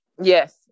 yes